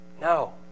No